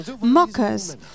mockers